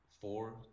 four